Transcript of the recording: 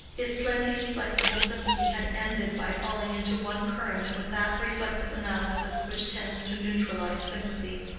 his plenteous, flexible sympathy had ended by falling into one current with that reflective analysis which tends to neutralize sympathy.